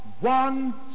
one